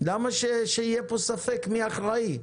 למה שיהיה פה ספק מי אחראי?